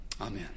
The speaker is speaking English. Amen